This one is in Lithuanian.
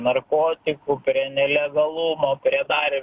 narkotikų prie nelegalumo darė